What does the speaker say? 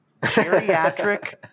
geriatric